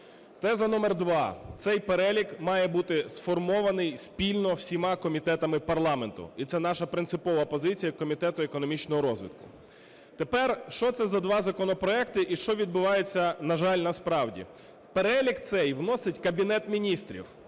Теза номер два. Цей перелік має бути сформований спільно, всіма комітетами парламенту. І це наша принципова позиція як Комітету економічного розвитку. Тепер, що це за два законопроекти і що відбувається, на жаль, насправді. Перелік цей вносить Кабінет Міністрів.